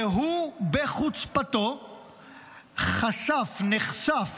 והוא בחוצפתו חשף, נחשף